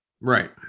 Right